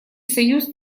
союз